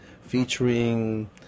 featuring